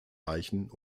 eichen